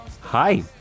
Hi